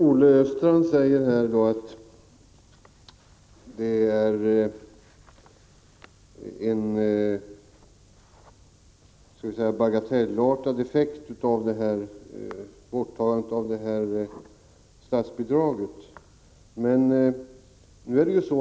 Herr talman! Olle Östrand säger att borttagandet av statsbidraget ger en, skall vi säga, bagatellartad effekt.